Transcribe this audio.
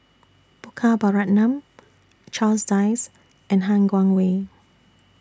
Gopal Baratham Charles Dyce and Han Guangwei